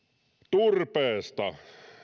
turpeesta